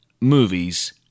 Movies